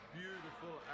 beautiful